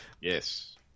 Yes